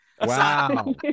Wow